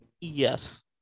Yes